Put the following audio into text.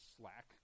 slack